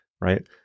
right